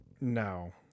No